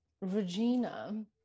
Regina